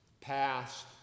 past